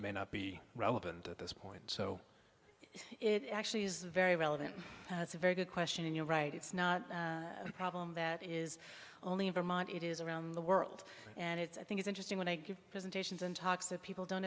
may not be relevant at this point so it actually is very relevant and it's a very good question and you're right it's not a problem that is only in vermont it is around the world and it's i think it's interesting when i give presentations and talks of people don't